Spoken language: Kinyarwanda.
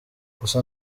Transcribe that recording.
gusa